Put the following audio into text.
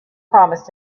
promised